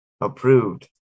Approved